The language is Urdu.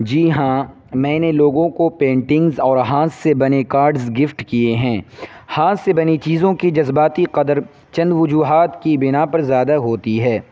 جی ہاں میں نے لوگوں کو پینٹنگز اور ہاتھ سے بنے کارڈز گفٹ کیے ہیں ہاتھ سے بنی چیزوں کی جذباتی قدر چند وجوہات کی بنا پر زیادہ ہوتی ہے